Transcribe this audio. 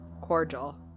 cordial